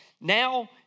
Now